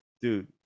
dude